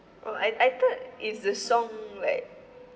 oh I I thought is the song like